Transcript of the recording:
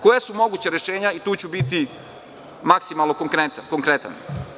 Koja su moguća rešenja i tu ću biti maksimalno konkretan.